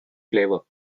flavor